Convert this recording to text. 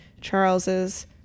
Charles's